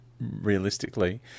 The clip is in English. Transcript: realistically